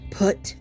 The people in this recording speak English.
put